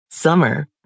summer